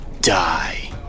die